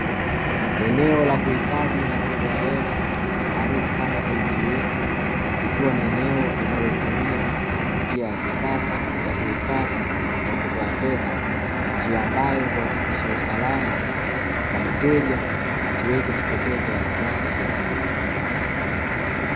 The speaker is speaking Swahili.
Eneo la kuhifadhi na kutoa hela maarufu kama 'ATM' likiwa ni eneo linalotumia njia ya kisasa ya kuhifadhi na kutoa hela, njia ambayo huhakikisha usalama wa mteja asiweze kupoteza hela zake kirahisi.